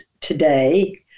today